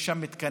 יש שם מתקנים.